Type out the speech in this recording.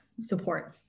support